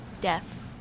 death